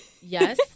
Yes